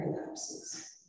relapses